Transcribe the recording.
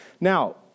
Now